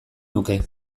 nuke